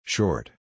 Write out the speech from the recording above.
Short